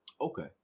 Okay